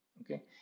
okay